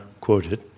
quoted